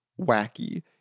wacky